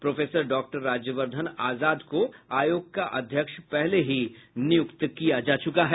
professor doctor Rajvardhan Azad को आयोग का अध्यक्ष पहले ही नियुक्त किया जा चुका है